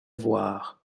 voir